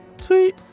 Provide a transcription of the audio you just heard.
Sweet